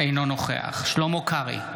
אינו נוכח שלמה קרעי,